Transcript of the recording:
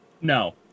No